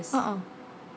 uh uh